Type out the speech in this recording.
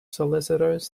solicitors